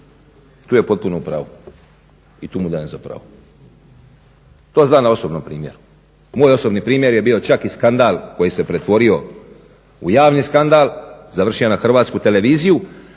Tu je potpuno u pravu i tu mu dajem za pravo. To znam na osobnom primjeru. Moj osobni primjer je bio čak i skandal koji se pretvorio u javni skandal, završio na HTV-u, a ishodište